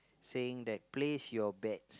saying that place your bets